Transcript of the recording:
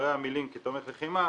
אחרי המילים 'כתומך לחימה'